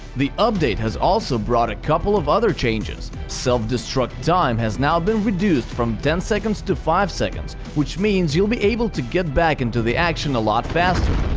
the update has also brought a couple of other changes. self-destruct time has now been reduced from ten seconds to five seconds, which means you'll be able to get back into the action a lot faster.